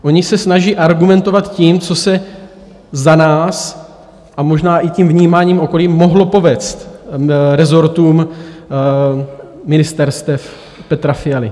Oni se snaží argumentovat tím, co se za nás a možná i tím vnímáním okolí mohlo povést rezortům ministerstev Petra Fialy.